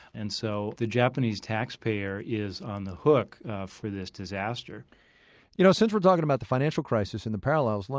and so the japanese taxpayer is on the hook for this disaster you know since we're talking about the financial crisis and the parallels,